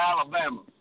Alabama